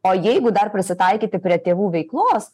o jeigu dar prisitaikyti prie tėvų veiklos